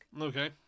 Okay